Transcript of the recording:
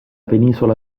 penisola